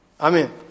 Amen